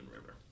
River